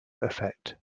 effect